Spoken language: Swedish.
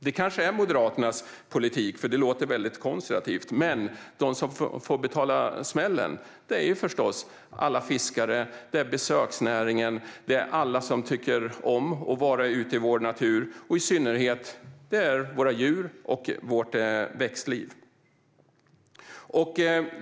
Det kanske är Moderaternas politik, för det låter väldigt konservativt. Men de som får betala smällen är förstås alla fiskare, besöksnäringen, alla som tycker om att vara ute i vår natur och, i synnerhet, våra djur och vårt växtliv.